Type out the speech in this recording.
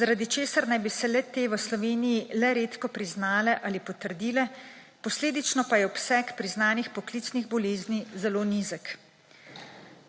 zaradi česar naj bi se le-te v Sloveniji le redko priznale ali potrdile, posledično pa je obseg priznanih poklicnih bolezni zelo nizek.